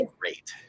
great